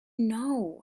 know